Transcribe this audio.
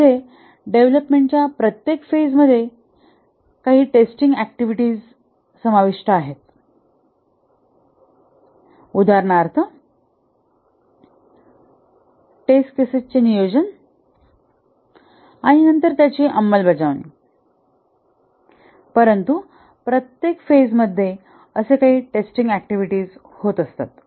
येथे डेव्हलपमेंटाच्या प्रत्येक फेज मध्ये काही टेस्टिंग ऍक्टिव्हिटीज आहेत उदाहरणार्थटेस्ट केसेस चे नियोजन आणि नंतर त्यांची अंमलबजावणी परंतु प्रत्येक फेज मध्ये असे काही टेस्टिंग ऍक्टिव्हिटीज होतात